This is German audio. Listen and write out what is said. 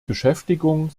beschäftigung